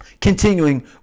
continuing